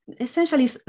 essentially